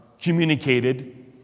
communicated